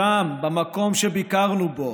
שם, במקום שביקרנו בו,